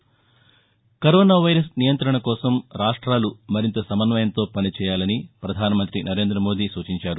దేశంలో corona virus నియంతణకోసం రాష్టాలు మరింత సమన్వయంతో పనిచేయాలని ప్రపధాన మంతి నరేంద్రమోదీ సూచించారు